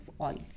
oil